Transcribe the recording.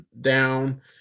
down